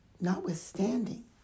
notwithstanding